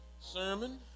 sermon